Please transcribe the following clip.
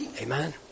Amen